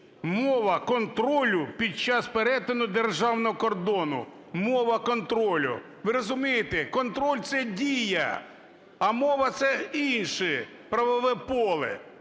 "Мова контролю під час перетину державного кордону". "Мова контролю", ви розумієте, контроль – це дія, а мова – це інше правове поле.